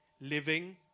living